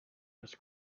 his